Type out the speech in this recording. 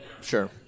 Sure